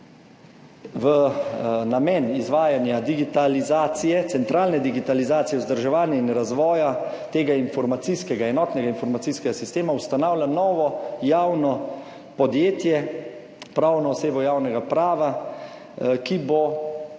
v namen izvajanja digitalizacije, centralne digitalizacije, vzdrževanja in razvoja tega informacijskega, enotnega informacijskega sistema ustanavlja novo javno podjetje, pravno osebo javnega prava, ki bo vse